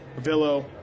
Villo